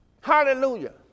Hallelujah